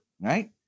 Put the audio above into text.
right